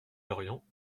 lorient